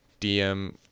DM